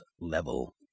level